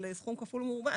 של סכום כפול ומרובע,